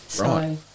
Right